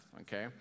okay